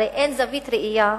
הרי אין זווית ראייה